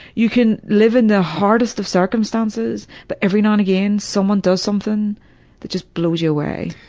you can live in the hardest of circumstances but every now and again someone does something that just blows you away.